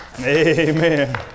Amen